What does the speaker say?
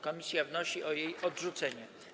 Komisja wnosi o jej odrzucenie.